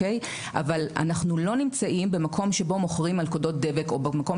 אבל אנחנו לא נמצאים במקום שבו מוכרים מלכודות דבק או במקום